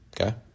Okay